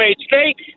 straight